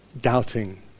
Doubting